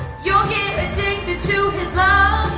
you'll get addicted to islam